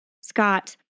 Scott